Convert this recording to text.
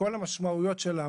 ובכל המשמעויות שלה,